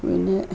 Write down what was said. പിന്നെ